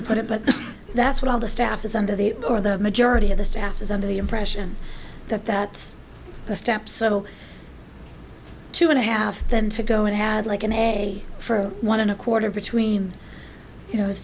to put it but that's what all the staff is under the or the majority of the staff is under the impression that that's the step so two and a half then to go and had like an a for one and a quarter between you know i